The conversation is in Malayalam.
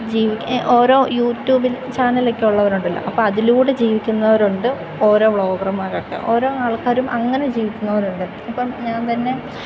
ജീവിക്കാൻ ഓരോ യൂട്യൂബ് ചാനൽ ഒക്കെ ഉള്ളവരുണ്ടല്ലോ അപ്പോൾ അതിലൂടെ ജീവിക്കുന്നവരുണ്ട് ഓരോ വ്ളോഗർമാരൊക്കെ ഓരോ ആൾക്കാരും അങ്ങനെ ജീവിക്കുന്നവരുണ്ട് ഇപ്പം ഞാൻ തന്നെ